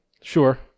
Sure